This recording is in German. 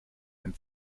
ein